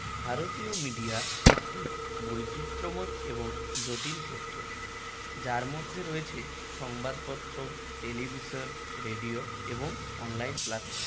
ভারতীয় মিডিয়া একটি বৈচিত্র্যময় এবং জটিল ক্ষেত্র যার মধ্যে রয়েছে সংবাদপত্র টেলিভিশন রেডিও এবং অনলাইন প্লাটফর্ম